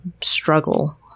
struggle